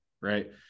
Right